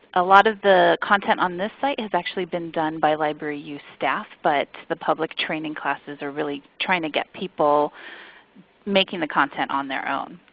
a lot of the content on this site has actually been done by libraryyou staff, but the public training classes are really trying to get people making the content on their own.